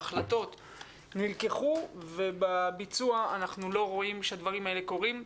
ההחלטות נלקחו ובביצוע אנחנו לא רואים שהדברים האלה קורים.